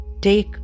take